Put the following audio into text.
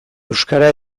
euskara